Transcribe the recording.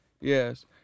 Yes